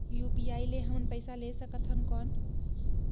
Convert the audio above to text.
UPI ले हमन पइसा ले सकथन कौन?